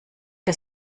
der